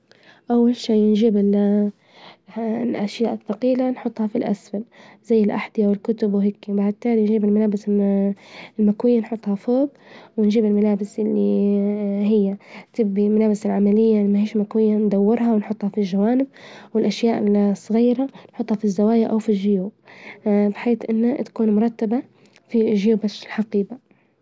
أول شي نجيب ال الأشياء التقيلة نحطها في الأسفل، زي الأحذية، والكتب، وهيكي مع التالي نجيب الملابس المكوية نحطها فوج، ونجيب الملابس إللي هي تبي ملابس العملية إللي ما هيش مكوية ندورها ونحطها في الجوانب، والأشياء الصغيرة نحطها في- أوفي الجيوب، بحيث إنه تكون مرتبة في جيوب الش- الحقيبة.